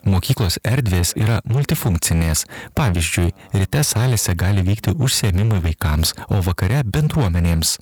mokyklos erdvės yra multifunkcinės pavyzdžiui ryte salėse gali vykti užsiėmimai vaikams o vakare bendruomenėms